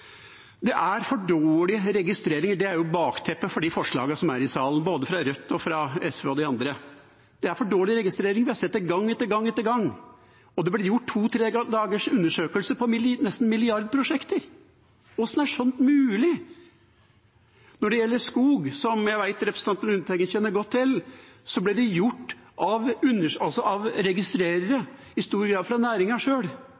Det er for dårlige registreringer, og det er jo bakteppet for de forslagene som er i salen, både fra Rødt og fra SV og de andre. Det er for dårlig registrering – vi har sett det gang etter gang etter gang – og det blir gjort to–tre dagers undersøkelser på prosjekter nesten i milliardklassen. Hvordan er sånt mulig? Når det gjelder skog, som jeg vet representanten Lundteigen kjenner godt til, ble det i stor grad gjort av registrerere fra næringen sjøl.